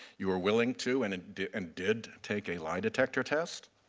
you are willing to and and did and did take a lie detector test,